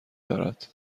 دارد